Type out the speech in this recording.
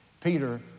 Peter